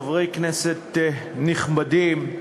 חברי כנסת נכבדים,